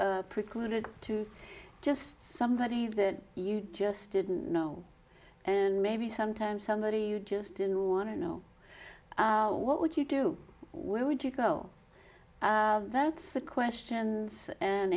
preclude to just somebody that you just didn't know and maybe sometimes somebody you just didn't want to know what would you do where would you go that's the questions and